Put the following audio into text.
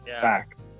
Facts